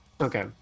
Okay